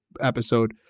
episode